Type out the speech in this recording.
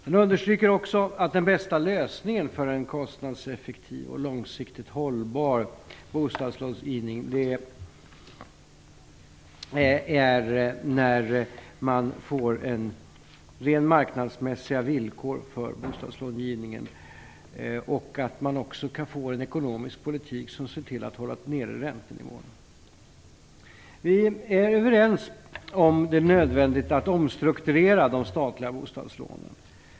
Den understryker också att den bästa lösningen för en kostnadseffektiv och långsiktigt hållbar bostadslångivning är att man får rent marknadsmässiga villkor för denna och att man för en ekonomisk politik som håller nere räntenivån. Vi är överens om att det är nödvändigt att omstrukturera de statliga bostadslånen.